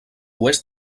oest